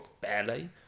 barely